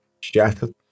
Shattered